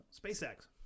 SpaceX